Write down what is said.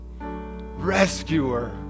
Rescuer